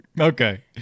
Okay